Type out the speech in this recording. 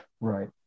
Right